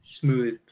smooth